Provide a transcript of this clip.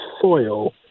soil